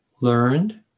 learned